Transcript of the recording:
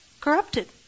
corrupted